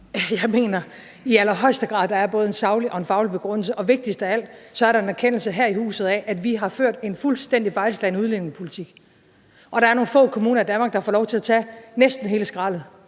Jeg mener i allerhøjeste grad, at der både er en saglig og en faglig begrundelse, og vigtigst af alt er der en erkendelse her i huset af, at vi har ført en fuldstændig fejlslagen udlændingepolitik. Og der er nogle få kommuner i Danmark, der får lov til at tage næsten hele skraldet.